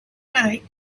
night